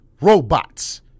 robots